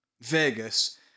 Vegas